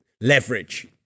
leverage